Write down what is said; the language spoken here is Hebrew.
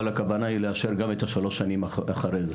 אבל הכוונה היא לאשר גם את השלוש שנים אחרי זה.